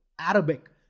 Arabic